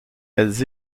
elles